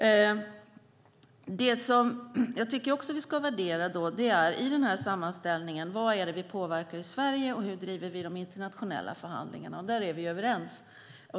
Något som jag också tycker att vi ska värdera i den här sammanställningen är vad det är vi påverkar i Sverige och hur vi driver de internationella förhandlingarna. Där är vi överens.